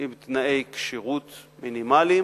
עם תנאי כשירות מינימליים,